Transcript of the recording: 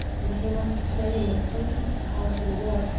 and you must play an important part in what,